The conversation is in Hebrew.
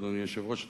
אדוני היושב-ראש,